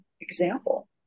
example